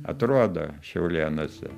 atrodo šiaulėnuose